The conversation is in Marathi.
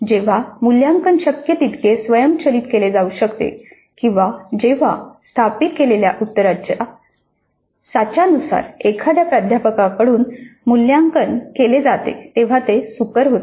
जेव्हा मूल्यांकन शक्य तितके स्वयंचलित केले जाऊ शकते किंवा जेव्हा स्थापित केलेल्या उत्तराच्या साच्या नुसार एखाद्या प्राध्यापकांकडून मूल्यांकन केले जाते तेव्हा ते सुकर होते